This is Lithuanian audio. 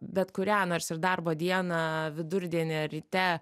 bet kurią nors ir darbo dieną vidurdienį ar ryte